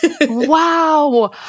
Wow